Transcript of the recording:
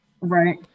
right